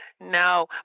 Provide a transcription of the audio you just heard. No